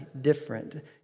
different